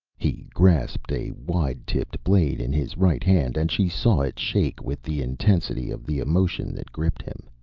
he grasped a wide-tipped blade in his right hand, and she saw it shake with the intensity of the emotion that gripped him.